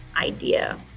idea